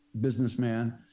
businessman